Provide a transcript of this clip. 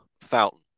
fountain